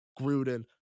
Gruden